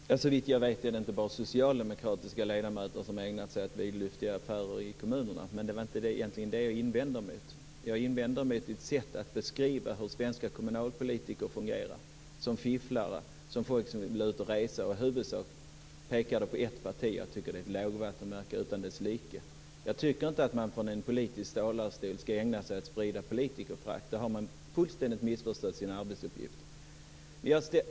Fru talman! Såvitt jag vet är det inte bara socialdemokratiska ledamöter som har ägnat sig åt vidlyftiga affärer i kommunerna. Det var egentligen inte det jag invände mot, utan det var mot sättet att beskriva hur svenska kommunalpolitiker fungerar, att beskriva dem som fifflare och folk som vill ut och resa, och att han i huvudsak pekade på ett parti. Jag tycker att det är ett lågvattenmärke utan like. Jag tycker inte att man från en politisk talarstol skall ägna sig åt att sprida politikerförakt. Då har man fullständigt missförstått sin arbetsuppgift.